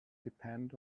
depend